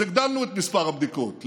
אז הגדלנו את מספר הבדיקות,